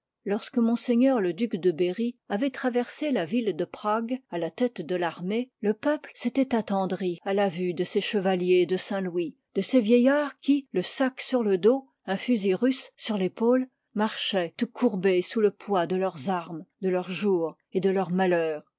lorsque m le duc de berry avoit tra annal versé la ville de prague à la tête de l'armée le peuple s'étoit attendri à la vue de ces chevaliers de saint-louis de ces vieillards qui le sac sur le dos un fusil russe sur l'épaule marchoient tout courbés sous le poids de leurs armes de leurs jours et de leurs malheurs